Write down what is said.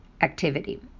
activity